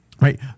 Right